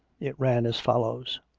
it ran as follows